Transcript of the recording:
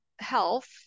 health